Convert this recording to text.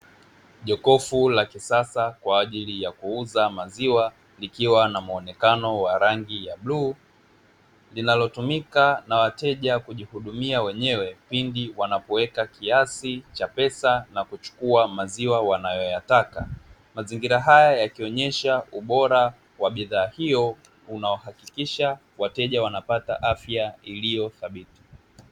Jokofu la kisasa kwa ajili ya kuuza maziwa likiwa na muonekano wa rangi ya bluu linalotumika na wateja kujihudumia wenyewe pindi wanapoweka kiasi cha pesa na kuchukua maziwa wanayoyataka mazingira haya yakionyesha ubora wa bidhaa hiyo unaohakikisha wateja wanapata afya iliyodhabiti